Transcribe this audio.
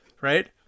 right